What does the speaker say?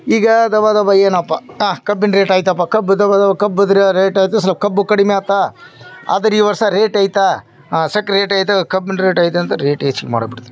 ಈಗ ದಬ ದಬ ಏನಪ್ಪ ಆ ಕಬ್ಬಿನ ರೇಟ್ ಆಯಿತಪ್ಪ ಕಬ್ಬು ದಬ ದಬ ಕಬ್ಬಿನ ರೇಟ್ ಆಯಿತು ಸೊ ಕಬ್ಬು ಕಡಿಮೆ ಆಯ್ತಾ ಆದ್ರೆ ಈ ವರ್ಷ ರೇಟ್ ಆಯ್ತ ಸಕ್ಕರೆ ರೆಟಾಯಿತು ಕಬ್ಬಿನ ರೇಟಾಯಿತು ಅಂತ ರೇಟ್ ಹೆಚ್ಗೆ ಮಾಡಿಬಿಡ್ತೀವಿ